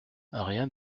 rien